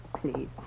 Please